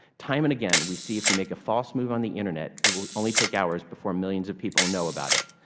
time and again we see if you make a false move on the internet it will only take hours before millions of people know about it.